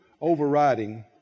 overriding